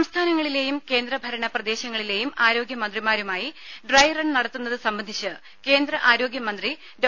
സംസ്ഥാനങ്ങളിലേയും കേന്ദ്രഭരണ പ്രദേശങ്ങളിലേയും ആരോഗ്യ മന്ത്രിമാരുമായി ഡ്രൈ റൺ നടത്തുന്നത് സംബന്ധിച്ച് കേന്ദ്ര ആരോഗ്യ മന്ത്രി ഡോ